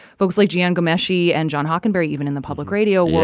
folks like jian ghomeshi and john hockenberry even in the public radio world.